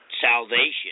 salvation